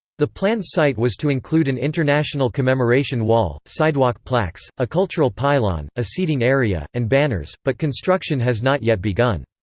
the planned site was to include an international commemoration wall, sidewalk plaques, a cultural pylon, a seating area, and banners, but construction has not yet begun.